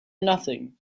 nothing